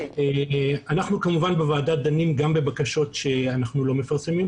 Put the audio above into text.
אנחנו כמובן בוועדה דנים גם בבקשות שאנחנו לא מפרסמים,